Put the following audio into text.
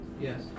Yes